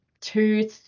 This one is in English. two